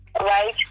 right